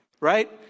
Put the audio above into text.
Right